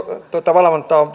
valvontaa on on